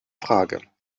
frage